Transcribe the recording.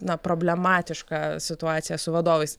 na problematišką situaciją su vadovais